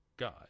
god